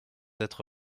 être